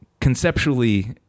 conceptually